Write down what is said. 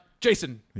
Jason